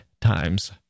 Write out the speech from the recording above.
times